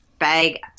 Bag